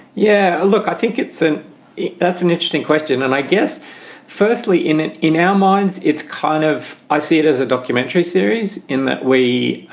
yeah, look, i think it's an that's an interesting question. and i guess firstly in it, in our minds, it's kind of i see it as a documentary series in that we are